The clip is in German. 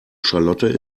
charlotte